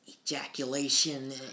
ejaculation